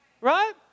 Right